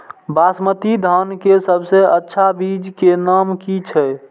बासमती धान के सबसे अच्छा बीज के नाम की छे?